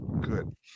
Good